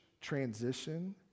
transition